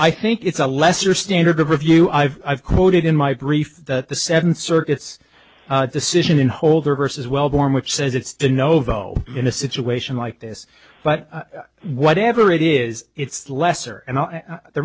i think it's a lesser standard of review i've quoted in my brief that the seven circuits decision in holder versus wellborn which says it's to novo in a situation like this but whatever it is it's lesser and the